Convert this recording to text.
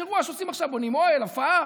יש אירוע, בונים אוהל, הופעה,